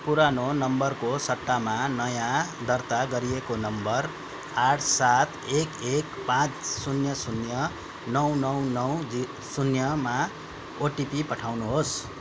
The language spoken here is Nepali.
पुरानो नम्बरको सट्टामा नयाँ दर्ता गरिएको नम्बर आठ सात एक एक पाँच शून्य शून्य नौ नौ नौ दुई शून्यमा ओटिपी पठाउनुहोस्